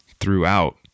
throughout